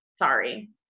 sorry